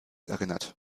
erinnert